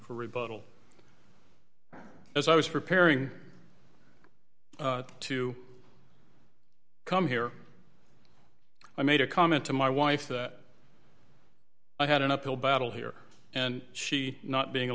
for rebuttal as i was preparing to come here i made a comment to my wife that i had an uphill battle here and she not being a